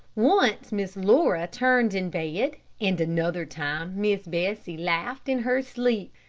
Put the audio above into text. once miss laura turned in bed, and another time miss bessie laughed in her sleep,